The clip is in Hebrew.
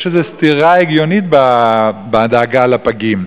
יש איזו סתירה הגיונית בדאגה לפגים.